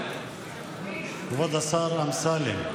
כבוד השר אמסלם,